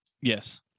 Yes